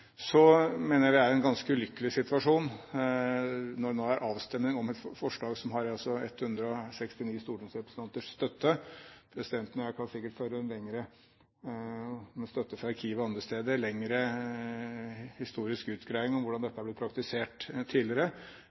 Så mener jeg at vi er i en ganske ulykkelig situasjon når det skal være avstemning om et forslag som har 169 stortingsrepresentanters støtte. Presidenten kan sikkert med støtte fra arkivet og andre føre en lengre historisk utgreiing om hvordan dette har blitt praktisert tidligere,